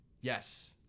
Yes